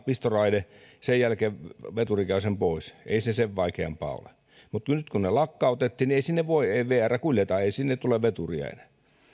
pistoraide sen jälkeen veturi käy hakemassa sen pois ei se sen vaikeampaa ole mutta nyt kun ne lakkautettiin ei vr kuljeta ei sinne tule veturia enää